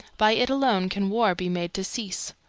by it alone can war be made to cease.